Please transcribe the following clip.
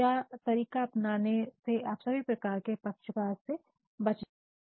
यह तरीका अपनाने से आप सभी प्रकार के पक्षपात से बच जाते हैं